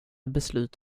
beslut